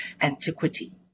antiquity